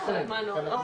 זה חלק מהנוהל.